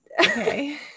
Okay